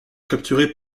capturer